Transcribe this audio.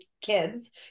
kids